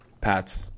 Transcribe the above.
Pats